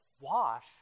wash